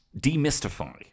demystify